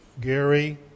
Gary